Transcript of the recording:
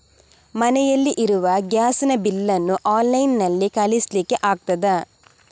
ಮನೆಯಲ್ಲಿ ಇರುವ ಗ್ಯಾಸ್ ನ ಬಿಲ್ ನ್ನು ಆನ್ಲೈನ್ ನಲ್ಲಿ ಕಳಿಸ್ಲಿಕ್ಕೆ ಆಗ್ತದಾ?